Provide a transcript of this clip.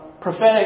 Prophetic